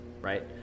right